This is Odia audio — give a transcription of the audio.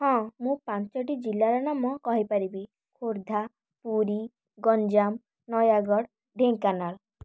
ହଁ ମୁଁ ପାଞ୍ଚଟି ଜିଲ୍ଲାର ନାମ କହିପାରିବି ଖୋର୍ଦ୍ଧା ପୁରୀ ଗଞ୍ଜାମ ନୟାଗଡ଼ ଢେଙ୍କାନାଳ